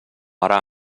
ara